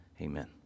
Amen